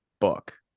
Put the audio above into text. book